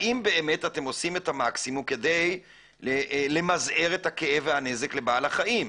האם באמת אתם עושים את המקסימום כדי למזער את הכאב והנזק לבעל החיים.